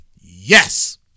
yes